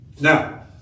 Now